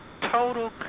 total